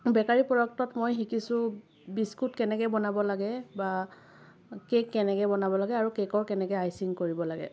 bakery প্ৰডাক্টত মই শিকিছোঁ বিস্কুট কেনেকৈ বনাব লাগে বা কেক কেনেকৈ বনাব লাগে আৰু কেকৰ কেনেকৈ আইচিং কৰিব লাগে